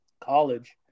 college